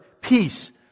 peace